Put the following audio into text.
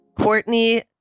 Courtney